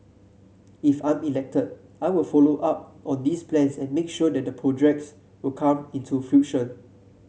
if I'm elected I will follow up on these plans and make sure that the projects will come into fruition